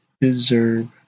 deserve